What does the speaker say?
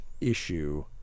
issue